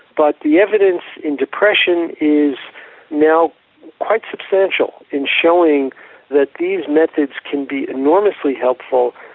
but the evidence in depression is now quite substantial in showing that these methods can be enormously helpful,